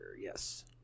Yes